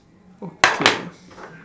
okay